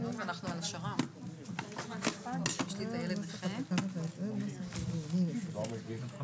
הפצנו נוסח עם תיקונים לוועדה והתחלנו לקרוא אותו בדיון הקודם.